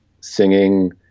singing